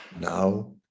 Now